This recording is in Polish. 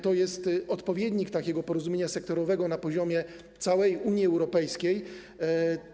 To jest odpowiednik porozumienia sektorowego na poziomie całej Unii Europejskiej.